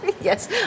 Yes